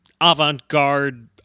avant-garde